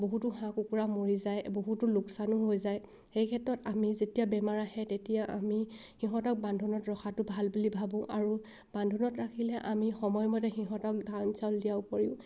বহুতো হাঁহ কুকুৰা মৰি যায় বহুতো লোকচানো হৈ যায় সেই ক্ষেত্ৰত আমি যেতিয়া বেমাৰ আহে তেতিয়া আমি সিহঁতক বান্ধোনত ৰখাটো ভাল বুলি ভাবোঁ আৰু বান্ধোনত ৰাখিলে আমি সময়মতে সিহঁতক ধান চাউল দিয়াৰ উপৰিও